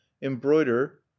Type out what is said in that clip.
embroider